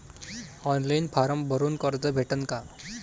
Online form भरून कर्ज भेटन का?